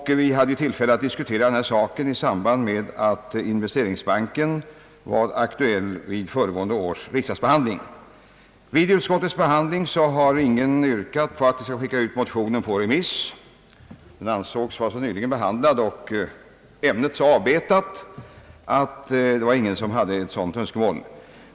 Vi hade ju tillfälle att diskutera denna fråga då investeringsbanken var aktuell vid föregående års riksdagsbehandling. Under utskottsbehandlingen har ingen yrkat på att motionen skulle sändas ut på remiss. Ämnet ansågs vara så nyligen behandlat och så avbetat att ingen hade ett sådant önskemål.